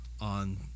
on